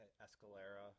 Escalera –